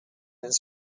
his